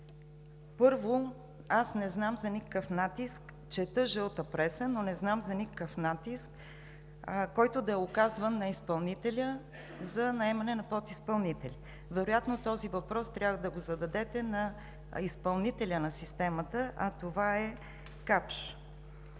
аз не знам за никакъв натиск. Чета жълта преса, но не знам за никакъв натиск, който да е оказван на изпълнителя за наемане на подизпълнители. Вероятно този въпрос трябва да го зададете на изпълнителя на системата, а това е „Капш“.